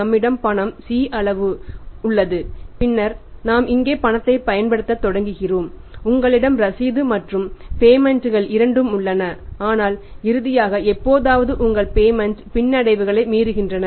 நம்மிடம் பணம் C அளவு உள்ளது பின்னர் நாம் இங்கே பணத்தைப் பயன்படுத்தத் தொடங்குகிறோம் உங்களிடம் ரசீது மற்றும் பேமென்ட் பின்னடைவுகளை மீறுகின்றன